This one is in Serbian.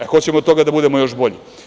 E, hoćemo od toga da budemo još bolji.